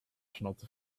schnauze